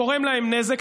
גורם להם נזק.